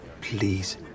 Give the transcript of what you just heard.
please